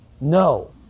No